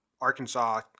Arkansas